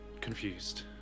confused